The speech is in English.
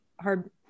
hard